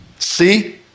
See